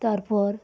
ᱛᱟᱨᱯᱚᱨ